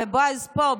בועז פה,